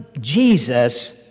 Jesus